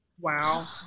Wow